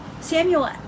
Samuel